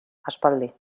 aspaldi